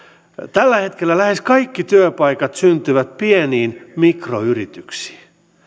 tällä hetkellä lähes kaikki työpaikat syntyvät pieniin mikroyrityksiin